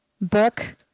book